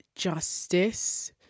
justice